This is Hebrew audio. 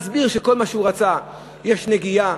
מסביר שבכל מה שהוא רצה יש נגיעה,